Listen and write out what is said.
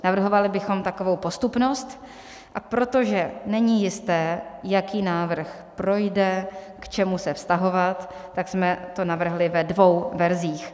Navrhovali bychom takovou postupnost, a protože není jisté, jaký návrh projde, k čemu se vztahovat, tak jsme to navrhli ve dvou verzích.